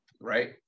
right